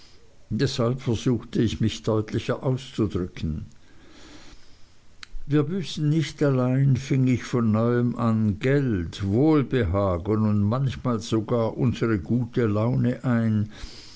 deshalb versuchte ich mich deutlicher auszudrücken wir büßen nicht allein fing ich von neuem an geld wohlbehagen und manchmal sogar unsere gute laune ein